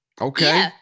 Okay